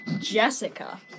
Jessica